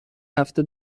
هفته